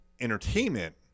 Entertainment